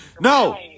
no